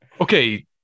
Okay